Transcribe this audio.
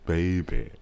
Baby